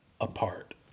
apart